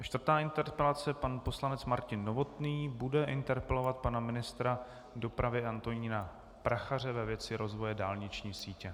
A čtvrtá interpelace pan poslanec Martin Novotný bude interpelovat pana ministra dopravy Antonína Prachaře, ve věci rozvoje dálniční sítě.